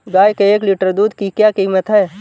गाय के एक लीटर दूध की क्या कीमत है?